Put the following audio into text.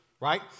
right